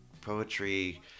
poetry